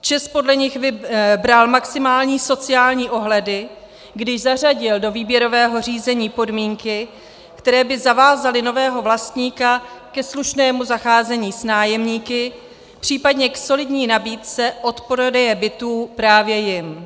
ČEZ podle nich bral maximální sociální ohledy, když zařadil do výběrového řízení podmínky, které by zavázaly nového vlastníka ke slušnému zacházení s nájemníky, případně k solidní nabídce odprodeje bytů právě jim.